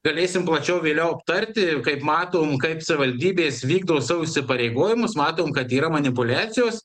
galėsim plačiau vėliau aptarti kaip matom kaip savivaldybės vykdo savo įsipareigojimus matom kad yra manipuliacijos